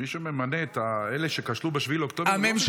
מי שממנה את אלה שכשלו ב-7 באוקטובר, הוא לא מתקן.